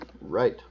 Right